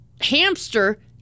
hamster